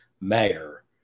mayor